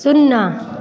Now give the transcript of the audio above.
शुन्ना